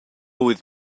with